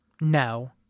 No